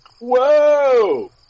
Whoa